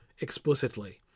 explicitly